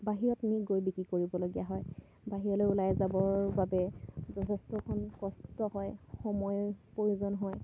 বাহিৰত নি গৈ বিক্ৰী কৰিবলগীয়া হয় বাহিৰলৈ ওলাই যাবৰ বাবে যথেষ্টকণ কষ্ট হয় সময় প্ৰয়োজন হয়